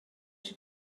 she